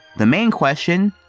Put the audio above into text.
the main question,